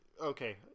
Okay